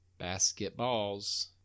basketballs